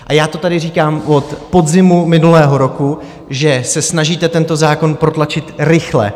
A já to tady říkám od podzimu minulého roku, že se snažíte tento zákon protlačit rychle.